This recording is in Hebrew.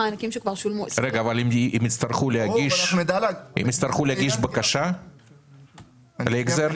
יצטרכו להגיש בקשה להחזר?